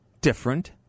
different